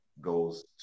goes